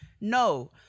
No